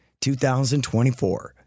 2024